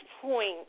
point